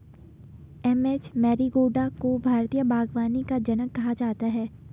M H Marigowda को भारतीय बागवानी का जनक कहा जाता है